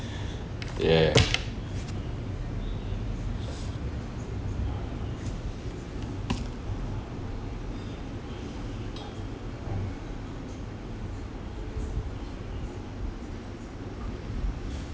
yeah